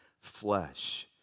flesh